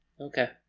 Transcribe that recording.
Okay